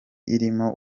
irimo